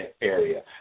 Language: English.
area